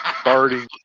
starting